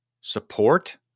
support